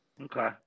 okay